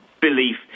belief